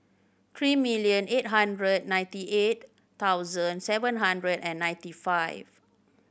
three million eight hundred ninety eight thousand seven hundred and ninety five